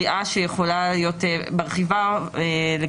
מה שאדוני העלה זה סוגיה הרבה יותר רחבה של כל